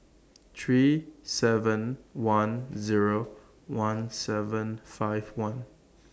three seven one Zero one seven five one